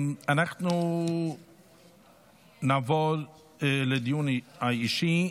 אנחנו נעבור לדיון האישי.